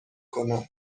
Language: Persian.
کنم